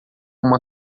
uma